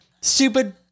Stupid